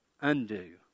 undo